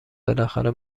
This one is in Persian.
بالاخره